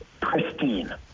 pristine